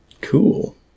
Cool